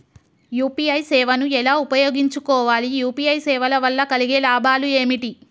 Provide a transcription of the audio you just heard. UPI సేవను ఎలా ఉపయోగించు కోవాలి? యూ.పీ.ఐ సేవల వల్ల కలిగే లాభాలు ఏమిటి?